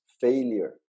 failure